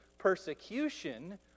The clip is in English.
persecution